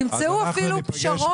תמצאו אפילו פשרות.